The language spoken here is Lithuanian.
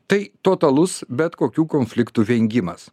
tai totalus bet kokių konfliktų vengimas